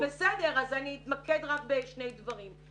אני אתמקד רק בשני דברים.